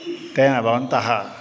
तेन भवन्तः